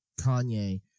Kanye